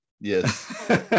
Yes